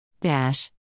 Dash